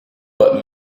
but